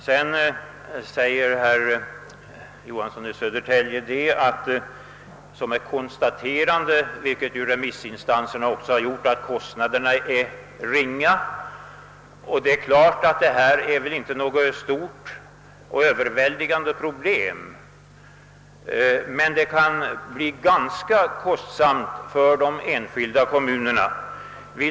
Vidare säger herr Johansson i Södertälje, liksom också remisintanserna, att kostnaderna är ringa. Det är klart att detta inte är något överväldigande problem, men det kan bli ganska kostsamt för de enskilda kommunerna.